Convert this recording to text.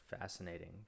fascinating